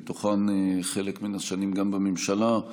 מתוכן חלק מהשנים גם בממשלה.